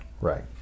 Right